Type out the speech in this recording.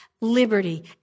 liberty